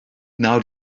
nawr